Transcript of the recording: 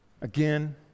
again